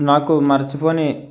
నాకు మర్చిపోని